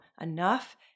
enough